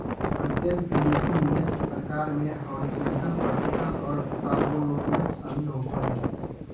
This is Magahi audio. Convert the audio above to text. प्रत्यक्ष विदेशी निवेश के प्रकार मे हॉरिजॉन्टल, वर्टिकल आर कांगलोमोरेट शामिल होबो हय